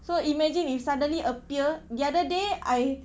so imagine if suddenly appear the other day I